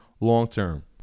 long-term